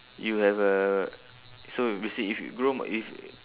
you will have a so basic~ if you grow m~ if